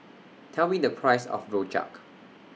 Tell Me The Price of Rojak